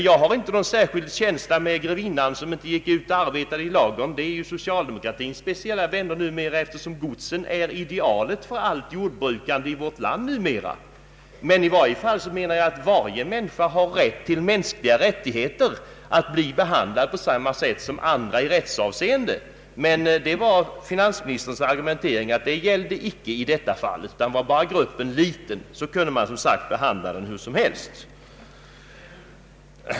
Jag har inte någon särskild känsla för grevinnan som inte går ut och arbetar i ladugården. Men där rör det sig om socialdemokratins speciella vänner numera, eftersom stora gods och gårdar numera står som ideal för allt jordbru kande i vårt land. Men varje människa bör tillerkännas mänskliga rättigheter och i rättsavseende behandlas på samma sätt som andra. Enligt finansministerns argumentering gäller inte den principen i det här fallet. är en grupp tillräckligt liten kan man som sagt behandla den hur som helst, tycks finansministern resonera.